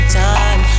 time